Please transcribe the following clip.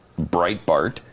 Breitbart